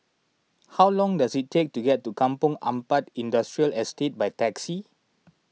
how long does it take to get to Kampong Ampat Industrial Estate by taxi